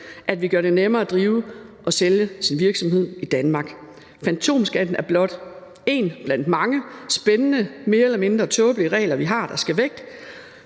at vi gør det nemmere at drive og sælge sin virksomhed i Danmark. Fantomskatten er blot én blandt mange spændende mere eller mindre tåbelige regler, vi har, der skal væk,